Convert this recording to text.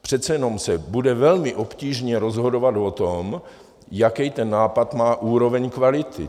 Přece jenom se bude velmi obtížně rozhodovat o tom, jakou ten nápad má úroveň kvality.